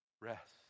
Rest